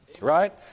Right